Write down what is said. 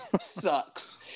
sucks